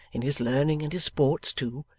in his learning and his sports too,